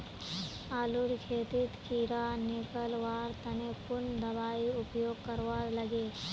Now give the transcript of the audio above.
आलूर खेतीत कीड़ा निकलवार तने कुन दबाई उपयोग करवा लगे?